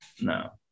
No